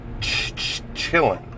chilling